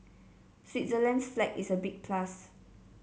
Switzerland's flag is a big plus